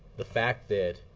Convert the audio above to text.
the fact that